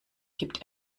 gibt